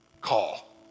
call